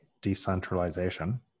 decentralization